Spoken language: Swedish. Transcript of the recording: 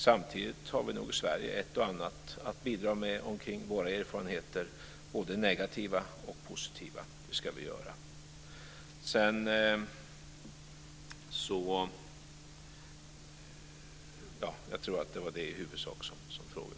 Samtidigt har vi i Sverige ett och annat att bidra med omkring våra erfarenheter, både negativa och positiva, och det ska vi göra.